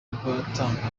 ubuhamya